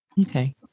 Okay